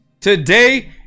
today